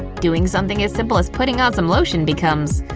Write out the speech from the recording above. doing something as simple as putting on some lotion becomes,